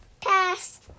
Pass